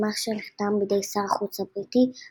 במסמך שנחתם בידי שר החוץ הבריטי,